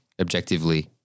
objectively